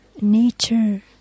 nature